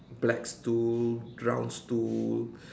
black stool brown stool